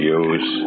use